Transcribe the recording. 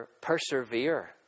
persevere